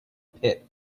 pit